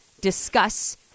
discuss